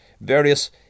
various